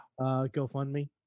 gofundme